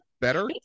better